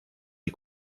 die